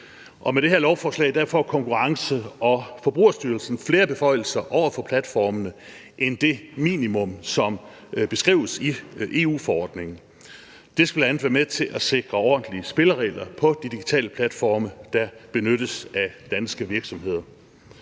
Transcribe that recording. med det her lovforslag får Konkurrence- og Forbrugerstyrelsen flere beføjelser over for platformene end det minimum, som beskrives i EU-forordningen. Det skal bl.a. være med til at sikre ordentlige spilleregler på de digitale platforme, der benyttes af danske virksomheder.